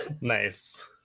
Nice